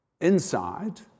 inside